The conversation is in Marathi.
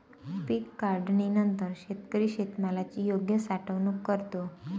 पीक काढणीनंतर शेतकरी शेतमालाची योग्य साठवणूक करतो